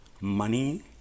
money